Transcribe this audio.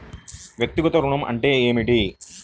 వ్యక్తిగత ఋణం అంటే ఏమిటి?